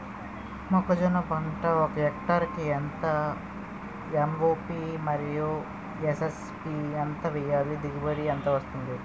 మొక్కజొన్న పంట ఒక హెక్టార్ కి ఎంత ఎం.ఓ.పి మరియు ఎస్.ఎస్.పి ఎంత వేయాలి? దిగుబడి ఎంత వస్తుంది?